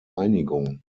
einigung